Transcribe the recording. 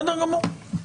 בסדר גמור.